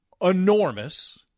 enormous